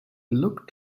looked